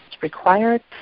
required